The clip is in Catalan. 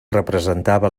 representava